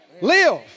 live